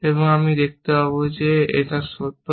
আমি দেখতে পাব যে এটি সত্য নয়